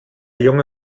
junge